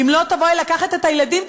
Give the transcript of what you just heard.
"אם לא תבואי לקחת את הילדים,